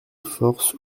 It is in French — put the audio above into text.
force